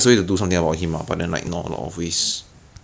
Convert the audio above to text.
john john always ask ah on hyper